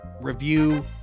review